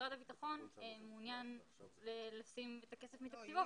משרד הביטחון מעוניין לשים את הכסף מתקציבו.